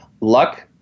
luck